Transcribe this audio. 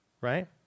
Right